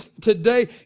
today